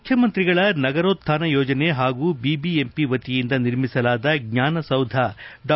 ಮುಖ್ಯಮಂತ್ರಿಗಳ ನಗರೋತ್ಹಾನ ಯೋಜನೆ ಹಾಗು ಬಿಬಿಎಂಪಿ ವತಿಯಿಂದ ನಿರ್ಮಿಸಲಾದ ಜ್ಞಾನಸೌಧ ಡಾ